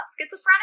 schizophrenic